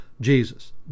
Jesus